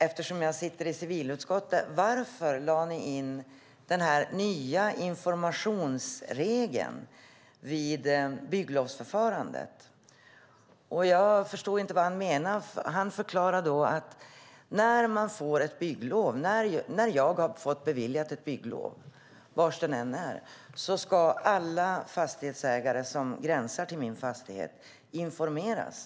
Eftersom jag sitter i civilutskottet frågade han mig: Varför lade ni in den nya informationsregeln vid bygglovsförfarandet? Jag förstod inte vad han menade, och han förklarade: När någon har fått beviljat ett bygglov, var det än ligger, ska alla fastighetsägare som har gräns till den fastigheten informeras.